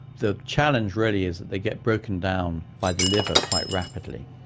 the challenge really is that they get broken down by the liver quite rapidly,